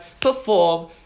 perform